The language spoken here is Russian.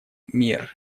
мер